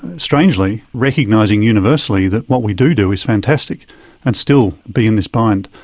strangely, recognising universally that what we do do is fantastic and still be and this bind.